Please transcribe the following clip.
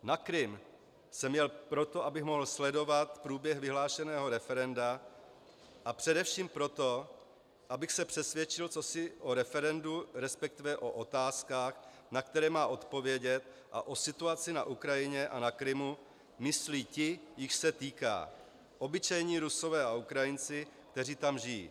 Na Krym jsem jel proto, abych mohl sledovat průběh vyhlášeného referenda, a především proto, abych se přesvědčil, co si o referendu, resp. o otázkách, na které má odpovědět, a o situaci na Ukrajině a na Krymu myslí ti, jichž se týká obyčejní Rusové a Ukrajinci, kteří tam žijí.